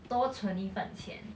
都存一份钱